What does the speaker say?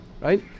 right